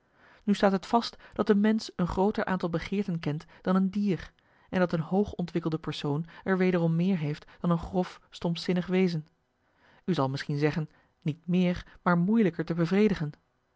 nu staat het vast dat een mens een grooter aantal begeerten kent dan een dier en dat een hoog ontwikkelde persoon er wederom meer heeft dan een grof stompzinnig wezen u zal misschien zeggen niet meer maar moeilijker te bevredigen